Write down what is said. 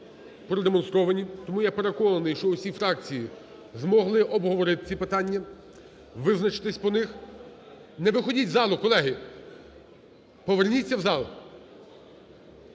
тому я переконаний, що усі фракції змогли обговорити ці питання, визначитись по них. Не виходьте із зали, колеги. Поверніться у зал.